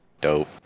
Dope